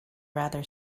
rather